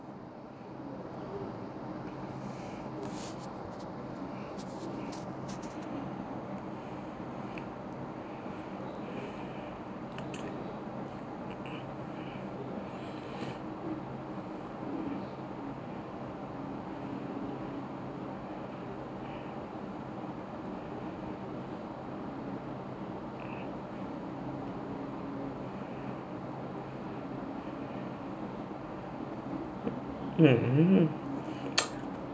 mm